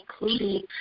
including